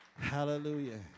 Hallelujah